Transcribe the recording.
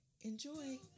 Enjoy